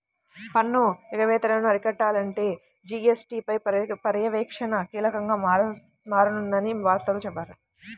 పన్ను ఎగవేతలను అరికట్టాలంటే జీ.ఎస్.టీ పై పర్యవేక్షణ కీలకంగా మారనుందని వార్తల్లో చెప్పారు